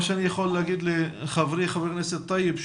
מה שאני יכול להגיד לחברי, חבר הכנסת טייב,